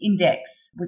index